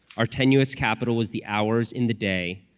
our tenuous capital was the hours in the day,